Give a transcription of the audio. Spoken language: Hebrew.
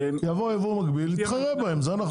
יבוא יייבוא מקביל יתחרה בזה.